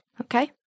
Okay